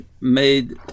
made